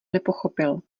nepochopil